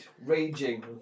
raging